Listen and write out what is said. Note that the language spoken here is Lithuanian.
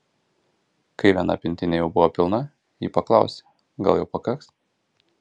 kai viena pintinė jau buvo pilna ji paklausė gal jau pakaks